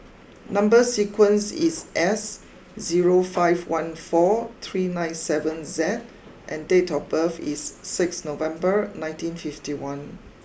number sequence is S zero five one four three nine seven Z and date of birth is six November nineteen fifty one